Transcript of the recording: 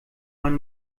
man